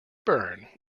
burn